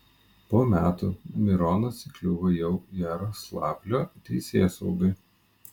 po metų mironas įkliuvo jau jaroslavlio teisėsaugai